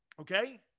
Okay